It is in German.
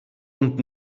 und